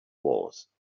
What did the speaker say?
was